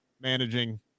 managing